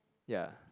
ya